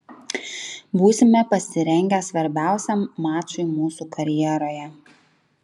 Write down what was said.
būsime pasirengę svarbiausiam mačui mūsų karjeroje